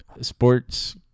sports